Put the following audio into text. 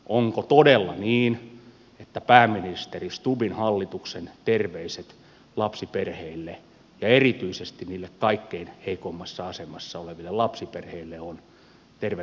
onko todella niin että pääministeri stubbin hallituksen terveiset lapsiperheille ja erityisesti niille kaikkein heikoimmassa asemassa oleville lapsiperheille ovat että tervemenoa toimeentulotukiluukulle